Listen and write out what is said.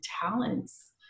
talents